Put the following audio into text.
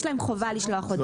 יש להם חובה לשלוח הודעה.